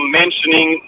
mentioning